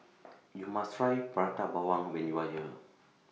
YOU must Try Prata Bawang when YOU Are here